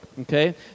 okay